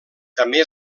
també